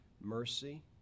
mercy